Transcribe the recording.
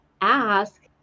ask